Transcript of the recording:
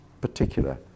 particular